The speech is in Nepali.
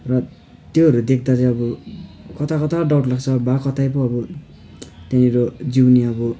र त्योहरू देख्दा चाहिँ अब कताकता डाउट लाग्छ बा कतै पो अब त्यहाँनिर जिउने अब